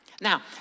Now